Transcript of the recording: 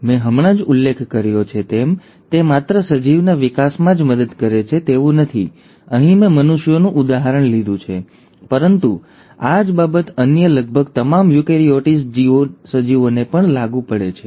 મેં હમણાં જ ઉલ્લેખ કર્યો છે તેમ તે માત્ર સજીવના વિકાસમાં જ મદદ કરે છે તેવું નથી અહીં મેં મનુષ્યોનું ઉદાહરણ લીધું છે પરંતુ આ જ બાબત અન્ય લગભગ તમામ યુકેરીયોટિક સજીવોને પણ લાગુ પડે છે